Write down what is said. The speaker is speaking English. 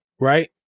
right